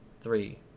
Three